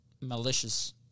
malicious